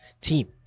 team